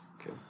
Okay